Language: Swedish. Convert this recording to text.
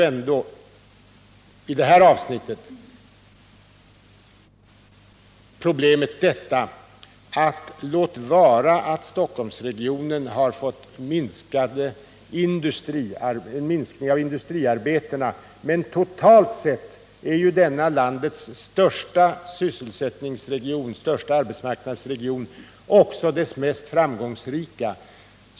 Låt vara att Stockholmsregionen har fått en minskning i antalet industriarbeten, men totalt sett är denna landets största arbetsmarknadsregion också landets mest framgångsrika.